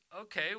Okay